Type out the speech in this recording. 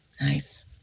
Nice